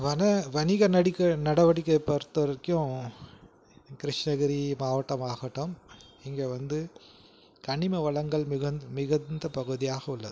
வண வணிக நடிக்க நடவடிக்கை பொறுத்தவரைக்கும் கிருஷ்ணகிரி மாவட்டம் ஆகட்டும் இங்கே வந்து கனிம வளங்கள் மிகுந் மிகுந்த பகுதியாக உள்ளது